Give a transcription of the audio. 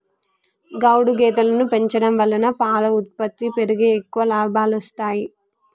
గౌడు గేదెలను పెంచడం వలన పాల ఉత్పత్తి పెరిగి ఎక్కువ లాభాలొస్తాయి